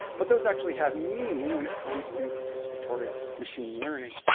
but those actually have meaning when it comes to participatory machine learning.